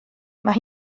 roedd